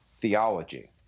theology